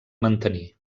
mantenir